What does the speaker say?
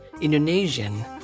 Indonesian